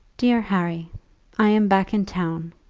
dear harry i am back in town.